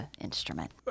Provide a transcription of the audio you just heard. instrument